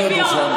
רד מהדוכן.